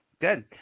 Good